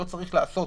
לא צריך לעשות